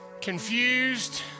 confused